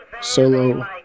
solo